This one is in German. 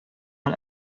mal